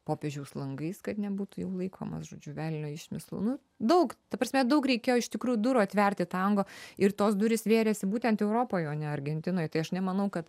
popiežiaus langais kad nebūtų jau laikomas žodžiu velnio išmislu daug ta prasme daug reikėjo iš tikrų durų atverti tango ir tos durys vėrėsi būtent europoj o ne argentinoj tai aš nemanau kad